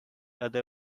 other